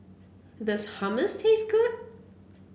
does hummus taste good